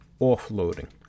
offloading